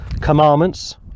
commandments